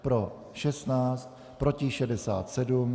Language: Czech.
Pro 16, proti 67.